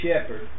shepherd